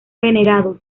venerados